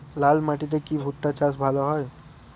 লাল মাটিতে কি ভুট্টা চাষ ভালো হয়?